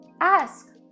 ask